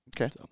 Okay